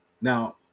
Now